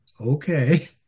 Okay